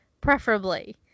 preferably